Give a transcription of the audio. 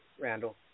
Randall